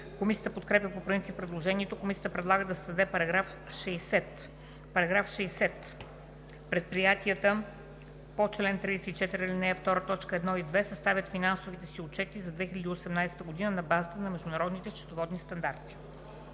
Комисията подкрепя по принцип предложението. Комисията предлага да се създаде § 60: „§ 60. Предприятията по чл. 34, ал. 2, т. 1 и 2 съставят финансовите си отчети за 2018 г. на базата на Международните счетоводни стандарти.“